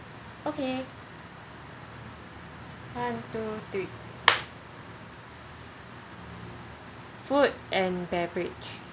okay one two three food and beverage